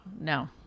no